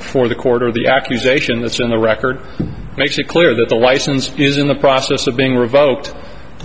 that for the quarter the accusation that's in the record makes it clear that the license is in the process of being revoked